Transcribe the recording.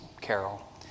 Carol